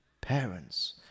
parents